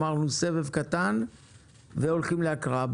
אמרנו שנעשה סבב קטן והולכים להקראה.